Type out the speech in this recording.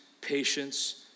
patience